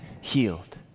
healed